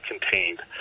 contained